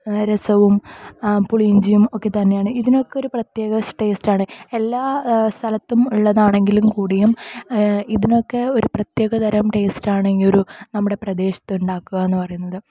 രസവും പുളിയിഞ്ചിയും ഒക്കെ തന്നെയാണ് ഇതിനൊക്കെ ഒര് പ്രത്യേക ടേസ്റ്റ് ആണ് എല്ലാ സ്ഥലത്തും ഉള്ളതാണെങ്കിൽ കൂടിയും ഇതിനൊക്കെ ഒര് പ്രത്യക തരം ടേസ്റ്റ് ഈ ഒരു നമ്മളുടെ പ്രദേശത്ത് ഉണ്ടാക്കുക എന്ന് പറയുന്നത്